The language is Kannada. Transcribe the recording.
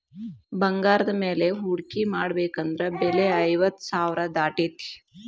ಬಂಗಾರದ ಮ್ಯಾಲೆ ಹೂಡ್ಕಿ ಮಾಡ್ಬೆಕಂದ್ರ ಬೆಲೆ ಐವತ್ತ್ ಸಾವ್ರಾ ದಾಟೇತಿ